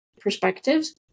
perspectives